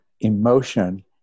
emotion